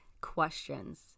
questions